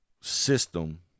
system